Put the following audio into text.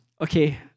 okay